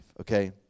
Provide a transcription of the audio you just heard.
okay